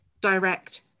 direct